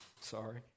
Sorry